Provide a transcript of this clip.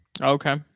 okay